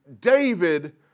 David